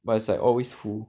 but it's like always full